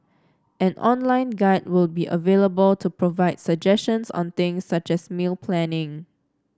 an online guide will be available to provide suggestions on things such as meal planning